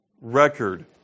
record